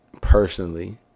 personally